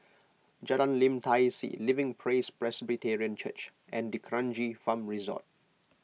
Jalan Lim Tai See Living Praise Presbyterian Church and D'Kranji Farm Resort